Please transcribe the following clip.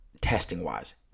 testing-wise